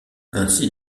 ainsi